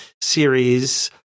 series